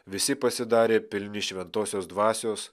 visi pasidarė pilni šventosios dvasios